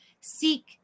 Seek